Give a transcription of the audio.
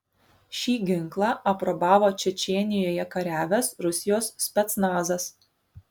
šį ginklą aprobavo čečėnijoje kariavęs rusijos specnazas